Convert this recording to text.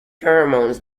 pheromones